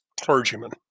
clergymen